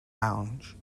lounge